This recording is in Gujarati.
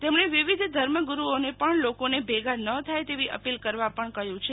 તેમણે વિવિધ ધર્મગુરુઓને પણ લોકોને ભેગા ન થાય તેવી અપીલ કરવા પણ કહ્યું છે